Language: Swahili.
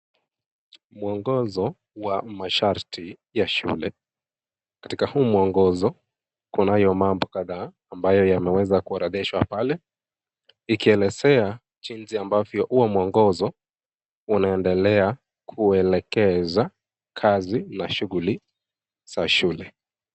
Mwongozo wa masharti ya shule. Katika huu mwongozo, kunayo mambo kadhaa ambayo yameweza kuorodheshwa pale ilielezea jinsi ambavyo huo mwongozo unaendelea kuelekeza kazi na shughuli za shule.